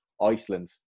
Iceland